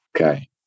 Okay